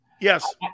Yes